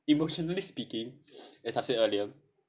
emotionally speaking as I said earlier